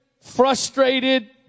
frustrated